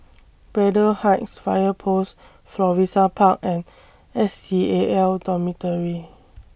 Braddell Heights Fire Post Florissa Park and S C A L Dormitory